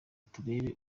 turebe